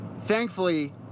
thankfully